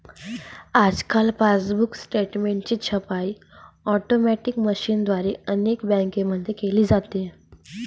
आजकाल पासबुक स्टेटमेंटची छपाई ऑटोमॅटिक मशीनद्वारे अनेक बँकांमध्ये केली जाते